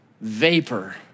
vapor